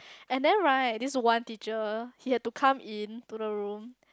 and then right this one teacher he had to come in to the room